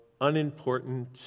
unimportant